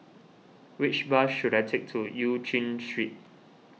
which bus should I take to Eu Chin Street